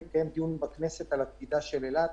מתקיים דיון בכנסת על עתידה של אילת.